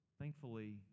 Thankfully